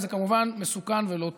וזה כמובן מסוכן ולא טוב.